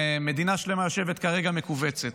מדינה שלמה יושבת כרגע מכווצת.